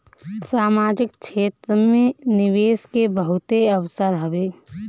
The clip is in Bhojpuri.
सामाजिक क्षेत्र में निवेश के बहुते अवसर हवे